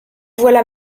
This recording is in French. voilà